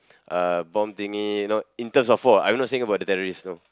uh bomb thingy you know in terms of war I not saying about the terrorist no